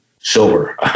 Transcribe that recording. silver